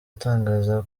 atangaza